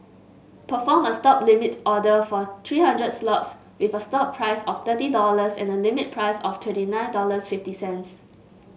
perform a stop limit order for three hundred lots with a stop price of thirty dollars and a limit price of twenty nine dollars fifty cents